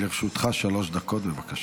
לרשותך שלוש דקות, בבקשה.